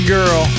Girl